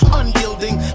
unyielding